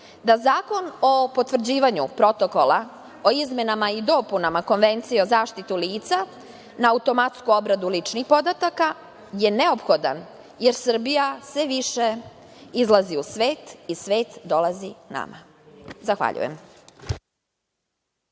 da Zakon o potvrđivanju protokola o izmenama i dopunama Konvencije o zaštiti lica na automatsku obradu ličnih podataka, je neophodan, jer Srbija sve više izlazi u svet i svet dolazi nama. Zahvaljujem.